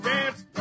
Dance